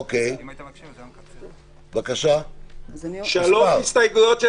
שלוש הסתייגויות של